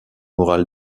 moral